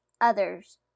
others